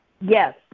Yes